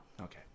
Okay